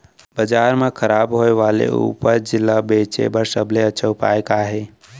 बाजार मा खराब होय वाले उपज ला बेचे बर सबसे अच्छा उपाय का हे?